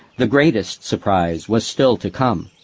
the greatest surprise was still to come.